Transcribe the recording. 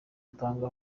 atanga